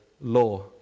law